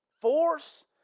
force